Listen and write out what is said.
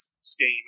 scheme